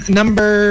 number